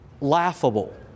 laughable